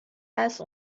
هست